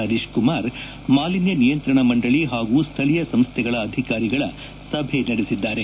ಹರೀಶ್ಕುಮಾರ್ ಮಾಲಿನ್ಯ ನಿಯಂತ್ರಣ ಮಂಡಳಿ ಹಾಗೂ ಸ್ಥಳೀಯ ಸಂಸ್ಥೆಗಳ ಅಧಿಕಾರಿಗಳ ಸಭೆ ನಡೆಸಿದ್ದಾರೆ